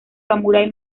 samurái